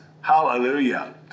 Hallelujah